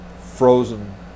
frozen